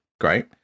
Great